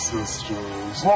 Sisters